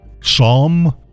Psalm